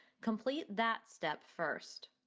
complete that step first.